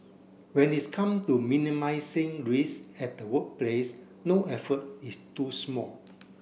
when it's come to minimising risk at the workplace no effort is too small